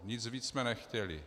Nic víc jsme nechtěli.